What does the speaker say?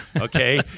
Okay